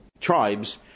tribes